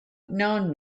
known